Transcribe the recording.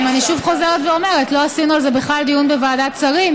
אני שוב חוזרת ואומרת: לא עשינו על זה בכלל דיון בוועדת שרים